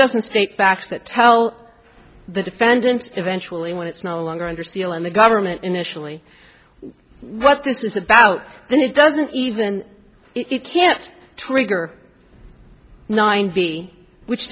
doesn't state facts that tell the defendant eventually when it's no longer under seal and the government initially what this is about then it doesn't even it can't trigger nine b which